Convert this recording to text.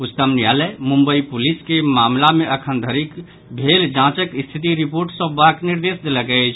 उच्चतम न्यायालय मुंबई पुलिस के मामिला मे अखनधरि भेल जांचक स्थिति रिपोर्ट सौंपबाक निर्देश देलक अछि